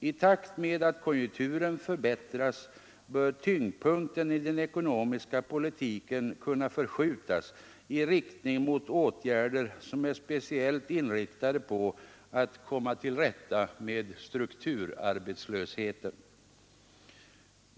I takt med att konjunkturen förbättras bör tyngdpunkten i den ekonomiska politiken kunna förskjutas i riktning mot åtgärder som är speciellt inriktade på att komma till rätta med strukturarbetslösheten.